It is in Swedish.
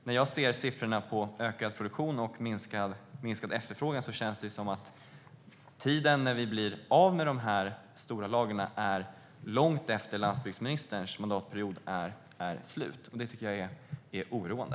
När jag ser siffrorna på ökad produktion och minskad efterfrågan känns det som att den tidpunkt när vi blir av med de stora lagren ligger långt efter det att landsbygdsministerns mandatperiod är slut. Det tycker jag är oroande.